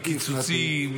קיצוצים,